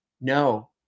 no